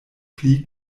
pli